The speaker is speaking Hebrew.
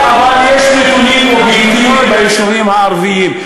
אבל יש נתונים אובייקטיביים ביישובים הערביים.